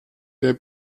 der